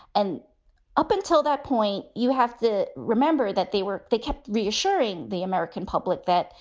and up until that point, you have to remember that they were they kept reassuring the american public that,